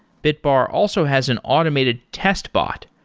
bitbar also has an automated test bot,